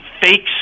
fakes